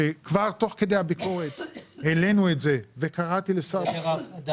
שכבר תוך כדי הביקורת העלינו את זה --- גדר ההפרדה.